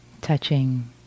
touching